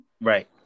Right